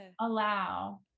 allow